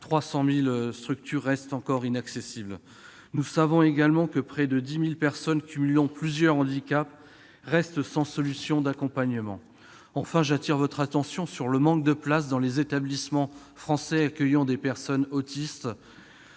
300 000 structures restent encore inaccessibles. Nous savons également que près de 10 000 personnes cumulant plusieurs handicaps restent sans solution d'accompagnement. Enfin, j'appelle votre attention sur le manque de places dans les établissements français accueillant les personnes autistes,